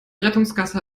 rettungsgasse